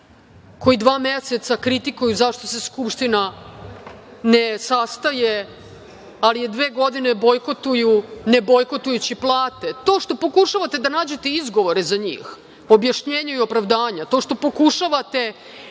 koji dva meseca kritikuju zašto se Skupština ne sastaje, ali je dve godine bojkotuju ne bojkotujući plate, to što pokušavate da nađete izgovore za njih, objašnjenja i opravdanja, to što pokušavate